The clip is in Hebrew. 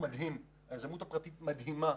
מדהים והיזמות הפרטית מדהימה.